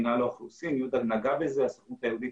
עם מינהל האוכלוסין יהודה נגע בזה והסוכנות היהודית